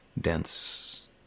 dense